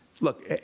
Look